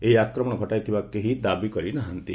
ଏହି ଆକ୍ରମଣ ଘଟାଇଥିବା କେହି ଦାବି କରି ନାହାନ୍ତି